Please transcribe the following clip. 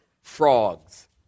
frogs